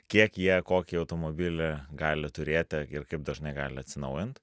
kiek jie kokį automobilį gali turėti ir kaip dažnai gali atsinaujint